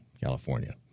California